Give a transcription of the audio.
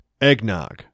Eggnog